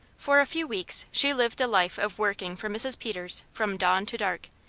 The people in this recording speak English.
for a few weeks she lived a life of working for mrs. peters from dawn to dark,